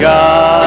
God